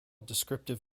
descriptive